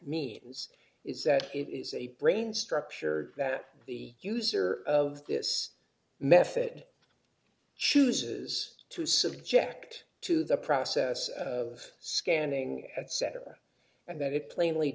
means is that it is a brain structure that the user of this method chooses to subject to the process of scanning etc and that it plainly